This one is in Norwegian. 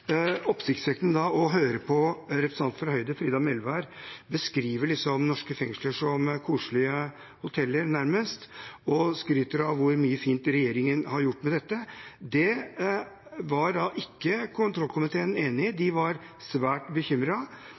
å høre representanten fra Høyre, Frida Melvær, beskrive norske fengsler nærmest som koselige hoteller, og hun skryter av så mye fint regjeringen har gjort med dette. Det var ikke kontrollkomiteen enig i, de var svært